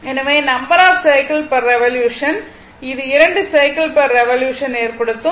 எனவே number of cycle per revolution அது 2 cycle per revolution ஏற்படுத்தும்